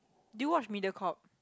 do you watch Mediacorp